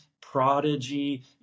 Prodigy